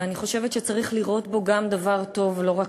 ואני חושבת שצריך לראות בו גם דבר טוב ולא רק,